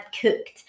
cooked